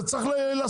זה דבר שצריך להיעשות.